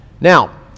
Now